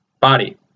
body